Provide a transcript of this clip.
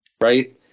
right